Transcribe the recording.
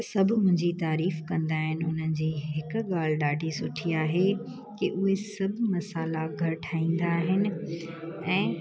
सभु मुंहिंजी तारीफ़ु कंदा आहिनि उन्हनि जी हिकु ॻाल्हि ॾाढी सुठी आहे की उहे सभु मसाला घर ठाहींदा आहिनि ऐं